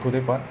khoo teck puat